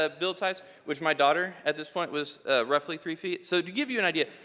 ah build size which my daughter at this point, was roughly three feet. so to give you an idea,